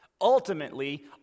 Ultimately